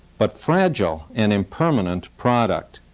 but fragile and impermanent product.